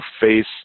face